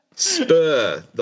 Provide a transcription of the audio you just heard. Spur